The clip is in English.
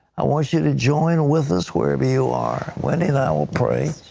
i want you to join with us wherever you are. wendy and i will pray.